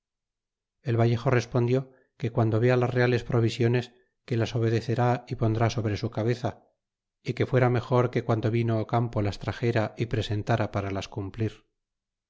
el vallejo respondió que guando vea las reales provisiones que las obedecerá y pondrá sobre su cabeza que fuera mejor que guando vino ocampo las traxera y presentara para las cumplir